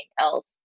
else